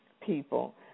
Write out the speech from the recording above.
people